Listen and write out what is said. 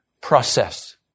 Process